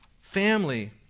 family